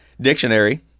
dictionary